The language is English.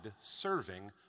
serving